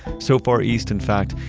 so far east, in fact,